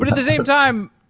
but the same time,